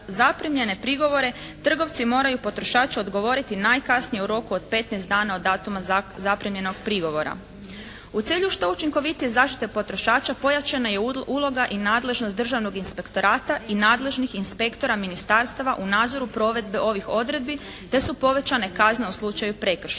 zaprimljene prigovore trgovci moraju potrošaču odgovoriti najkasnije u roku od 15 dana od datuma zaprimljenog prigovora. U cilju što učinkovitije zaštite potrošača pojačana je uloga i nadležnost državnog inspektorata i nadležnih inspektora ministarstava u nadzoru provedbe ovih odredbi te su povećane kazne u slučaju prekršaja.